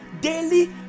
Daily